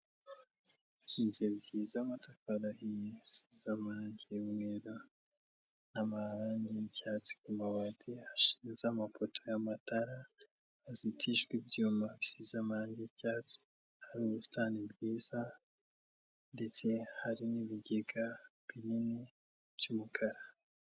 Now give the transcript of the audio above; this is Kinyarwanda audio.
Inzu ebyiri z'amatafari ahiye, zisize amarange y'umweru, n'amarangi y'icyatsi, ku amabati yashinze amapoto y'amatara hazitijwe ibyuma bisize amarangi y'icyatsi, hari ubusitani bwiza, ndetse hari n'ibigega binini by'umukara.